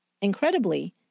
Incredibly